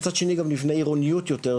מצד שני גם נבנה עירוניות יותר טובה,